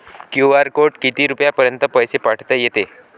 QR कोडनं किती रुपयापर्यंत पैसे पाठोता येते?